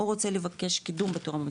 או רוצה לבקש קידום בתור,